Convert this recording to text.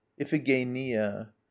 iphigenia